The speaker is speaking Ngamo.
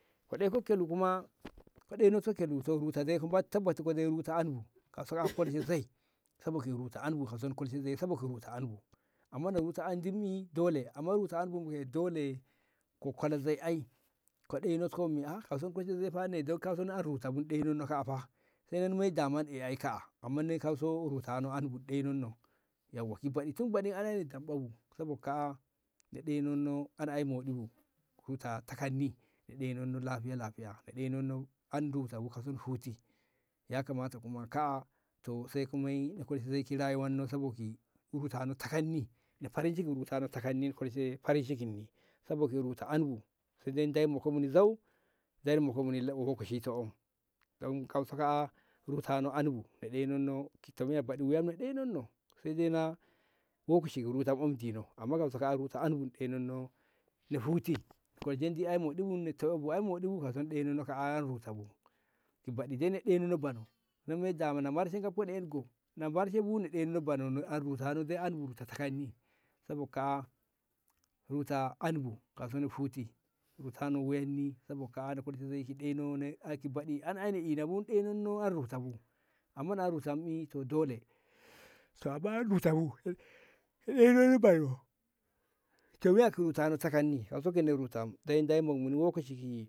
ka ɗoi tok kelu kuma ka ɗoitok kelu to tabas ruta andi bu to ngo a kolshek zoi sabo ruta andi dole amman ruta andi bu ki kola zoi ai ka ɗoinok ko mi a kauso zoi ruta andi bu dole kola zoi ai a kaa'a fa sai moi daman'i amman nei kai so kai so rutano andi bu ni ɗonoi no yauwa ki baɗi tuk baɗi ni daɓa bu kaa'a ni ɗoinonno ai an ƴai moɗi bu ruta takanni ni ɗoinanno lahiya lahiya ni ɗoinanno kauso an ruta bu mu huti yakamata kuma kaa'a to sai ka moi kola zoi ki rayuwanno sabo kaa'a ni farinciki ruta andi bu ni farinciki ye sabo ki ruta takanni Deyi moka moni zau Deyi moka moni lokaci to dan kauso kaa'a rutano andi bu ni ɗeinonno ki ton miya baɗi wuyato na ɗeinanno sai dai na lokaci ruta omtino amman kauso ruta an bu ni ɗeinonno na huti na kolshenti ƴa moɗi bu ni to'e bu ƴai moɗi bu kauso na ɗeinonno kaa'a an ruta bu ki baɗi dai ni ɗeinanno bano sai damana ni marshe na ni marshe bu ni ɗeinanno kaa'a ni huti sabo kaa'a ni huti ruta andi bu ni huti ruta no wuyanni sabo kaa'a ni kolshe zoi ki ɗeinannonne ba ki baɗi ai ni rutabu amma na na rutai to dole to amma an ruta bu ni ɗeinonno bano ta miya ruta no takanni Deyi mok moni lokaci ki.